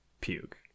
Puke